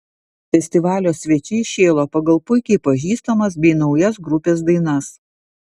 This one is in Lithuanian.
festivalio svečiai šėlo pagal puikiai pažįstamas bei naujas grupės dainas